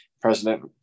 President